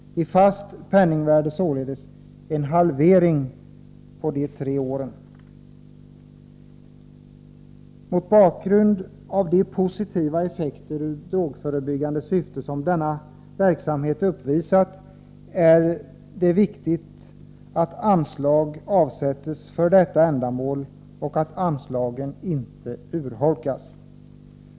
I fast penningvärde innebär det således en halvering på de tre åren. Med hänsyn till de positiva effekter i drogförebyggande syfte som denna verksamhet haft är det viktigt att anslag avsätts för detta ändamål och att anslagen inte urholkas.